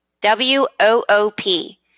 W-O-O-P